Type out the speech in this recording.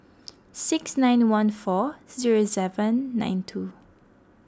six nine one four zero seven nine two